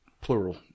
plural